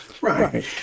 Right